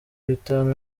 bitanu